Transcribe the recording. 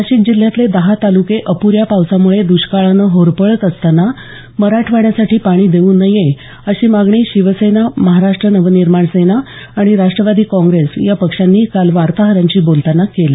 नाशिक जिल्ह्यातले दहा तालुके अपुऱ्या पावसामुळे दुष्काळानं होरपळत असताना मराठवाड्यासाठी पाणी देऊ नये अशी मागणी शिवसेना महाराष्ट्र नवनिर्माण सेना आणि राष्ट्रवादी काँग्रेस या पक्षांनी काल वार्ताहरांशी बोलतांना केली